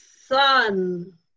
sun